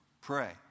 Pray